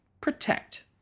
protect